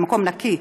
ממקום נקי,